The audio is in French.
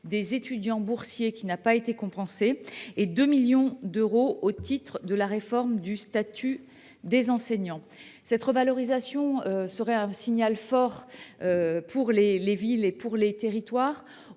des étudiants boursiers, qui n’a pas été compensée ; 2 millions d’euros au titre de la réforme du statut des enseignants. Une telle revalorisation enverrait un signal fort aux villes et aux territoires.